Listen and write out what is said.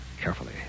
carefully